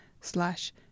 slash